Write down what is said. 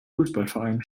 fußballverein